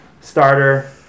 starter